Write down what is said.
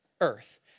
earth